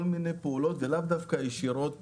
כל מיני פעולות, לאו דווקא ישירות